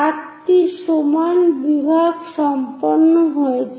8 টি বিভাগ সম্পন্ন হয়েছে